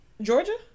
Georgia